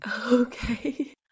Okay